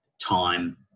time